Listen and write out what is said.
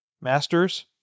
Masters